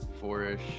four-ish